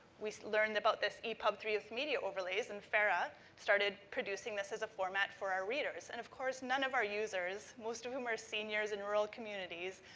we learned about this epub three with media overlays and farrah started producing this as a format for our readers. and, of course, none of our users, most of whom are seniors in rural communities,